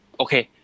okay